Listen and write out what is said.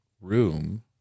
room